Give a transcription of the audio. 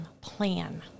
plan